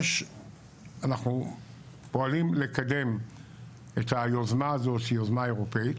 אנחנו פועלים לקדם את היוזמה הזו שהיא יוזמה אירופאית,